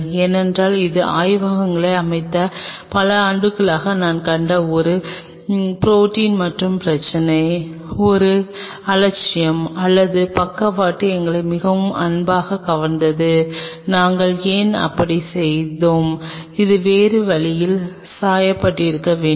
ஏனென்றால் இது ஆய்வகங்களை அமைத்த பல ஆண்டுகளாக நான் கண்ட ஒரு ப்ரோடீன் மற்றும் பிரச்சினை ஒரு அலட்சியம் அல்லது பக்கவாட்டு எங்களை மிகவும் அன்பாகக் கவர்ந்தது நாங்கள் ஏன் அப்படிச் செய்தோம் அது வேறு வழியில் சாயப்பட்டிருக்க வேண்டும்